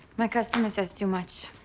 my customer says too much.